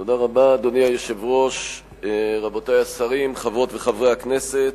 אדוני היושב-ראש, רבותי השרים, חברות וחברי הכנסת,